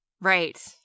right